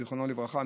זיכרונו לברכה,